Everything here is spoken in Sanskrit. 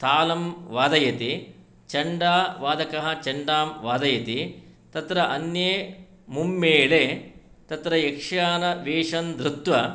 तालं वादयति चण्डावादकः चण्डां वादयति तत्र अन्ये मुम्मेले तत्र यक्षगानवेषं धृत्वा